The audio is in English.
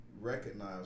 recognize